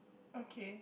okay